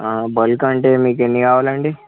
bulk అంటే మీకు ఎన్ని కావాలండి